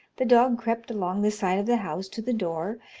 the dog crept along the side of the house to the door,